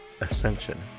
Ascension